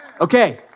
okay